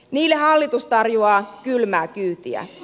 niille hallitus tarjoaa kylmää kyytiä